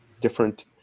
different